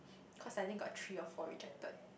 cause I think got three or four rejected